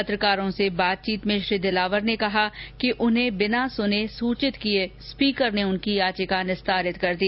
पत्रकारों से बातचीत में श्री दिलावर ने कहा कि उन्हें बिना सुने सूचित किये स्पीकर ने उनकी याचिका निस्तारित कर दी